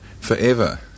forever